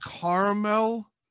Caramel